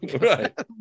right